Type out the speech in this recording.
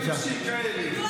חברת הכנסת טטיאנה מזרסקי, בבקשה.